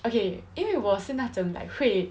okay 因为我是那种 like 会